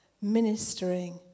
ministering